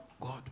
God